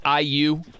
IU